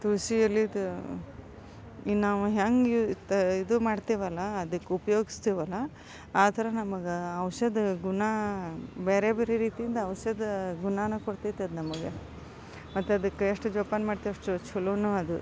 ತುಳಸಿ ಎಲೆದು ಇನ್ನು ನಾವು ಹೇಗೆ ತ ಇದು ಮಾಡ್ತೇವಲ್ಲ ಅದಕ್ಕೆ ಉಪಯೋಗಿಸ್ತೇವಲ್ಲ ಆ ಥರ ನಮಗೆ ಔಷಧ ಗುಣ ಬೇರೆ ಬೇರೆ ರೀತಿಯಿಂದ ಔಷಧ ಗುಣಾನೂ ಕೊಡ್ತೈತದು ನಮಗೆ ಮತ್ತದಕ್ಕೆ ಎಷ್ಟು ಜೋಪಾನ ಮಾಡ್ತೇವೆ ಅಷ್ಟು ಛಲೋನೂ ಅದು